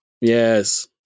Yes